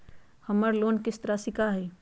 हमर लोन किस्त राशि का हई?